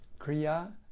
Kriya